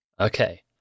Okay